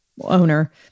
owner